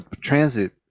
transit